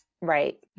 Right